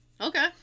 Okay